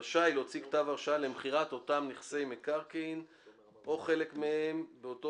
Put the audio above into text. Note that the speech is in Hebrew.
רשאי להוציא כתב הרשאה למכירות אותם נכסי מקרקעין או חלק מהם באותו